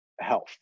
health